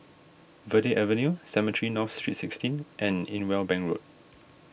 Verde Avenue Cemetry North Street sixteen and Irwell Bank Road